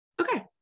okay